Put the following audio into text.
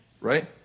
right